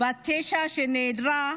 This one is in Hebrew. בת תשע שנעדרה,